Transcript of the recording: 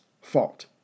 fault